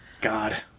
God